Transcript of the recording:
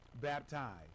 baptized